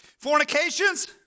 Fornications